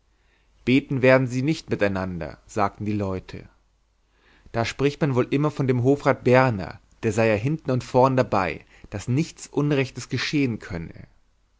beten werden sie nicht mit einander sagten die leute da spricht man wohl immer von dem hofrat berner der sei ja hinten und vorn dabei daß ja nichts unrechtes geschehen könne